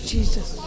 Jesus